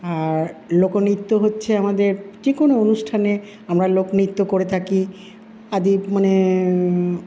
আর লোকনৃত্য হচ্ছে আমাদের যে কোনো অনুষ্ঠানে আমরা লোকনৃত্য করে থাকি আদি মানে